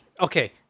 Okay